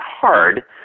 hard